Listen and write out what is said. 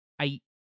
eight